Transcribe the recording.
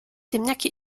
ziemniaki